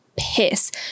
Piss